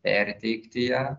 perteikti ją